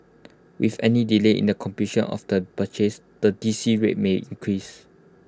with any delay in the completion of the purchase the D C rate may increase